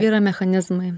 yra mechanizmai